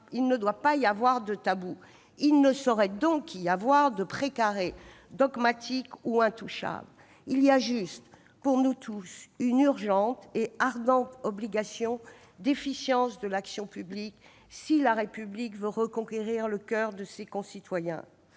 Il ne doit pas y avoir de tabou. » Il ne saurait donc y avoir de pré carré dogmatique intouchable ! Il y a juste, pour nous tous, une urgente et ardente obligation d'efficience de l'action publique dès lors que la République veut reconquérir le coeur de ses concitoyens.